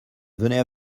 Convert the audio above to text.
venez